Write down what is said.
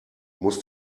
muss